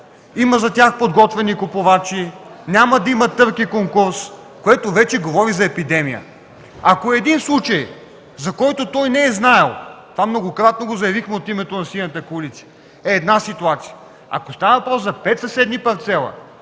за тях има подготвени купувачи, няма да има търг и конкурс, което вече говори за епидемия. Ако има един случай, за който той не е знаел – това многократно заявихме от името на Синята коалиция – е една ситуация. Ако става въпрос за пет съседни парцела,